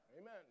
Amen